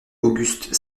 auguste